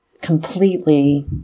completely